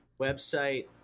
website